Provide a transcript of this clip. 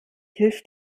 hilft